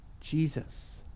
Jesus